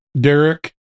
Derek